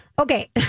Okay